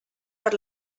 per